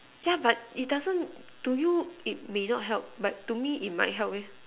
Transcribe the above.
yeah but it doesn't to you it may not help but to me it might help eh